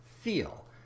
feel